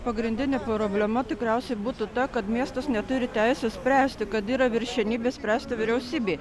pagrindinė problema tikriausiai būtų ta kad miestas neturi teisės spręsti kad yra viršenybė spręstų vyriausybė